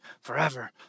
forever